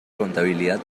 contabilidad